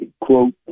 Quote